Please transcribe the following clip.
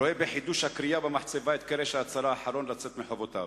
רואה בחידוש הכרייה במחצבה את קרש ההצלה האחרון לצאת מחובותיו.